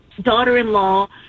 daughter-in-law